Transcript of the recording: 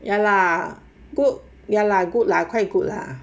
ya lah good ya lah quite good lah